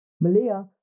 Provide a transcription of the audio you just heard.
Malia